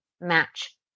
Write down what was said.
match